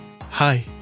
Hi